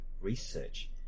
research